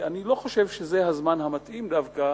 אני לא חושב שזה הזמן המתאים דווקא